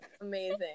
Amazing